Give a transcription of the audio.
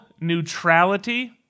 neutrality